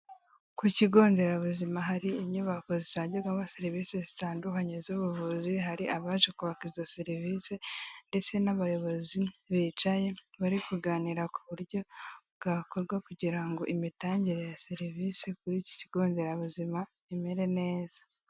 Ku kigonderabuzima hari inyubako zitangirwamo serivisi zitandukanye z'ubuvuzi, hari abaje kwaka izo serivisi ndetse n'abayobozi bicaye bari kuganira ku buryo bwakorwa kugirango imitangire ya serivisi kuri iki kigonderabuzima imere neza.